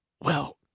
Well